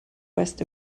west